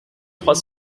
trois